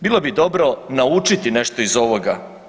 Bilo bi dobro naučiti nešto iz ovoga.